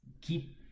keep